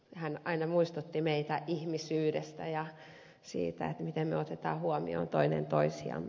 hän aina muistutti meitä ihmisyydestä ja siitä miten me otamme huomioon toinen toisiamme